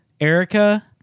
Erica